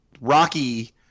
rocky